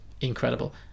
incredible